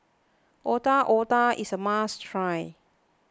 Otak Otak is a must try